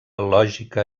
lògica